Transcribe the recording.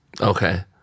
Okay